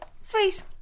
sweet